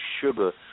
sugar